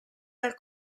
dal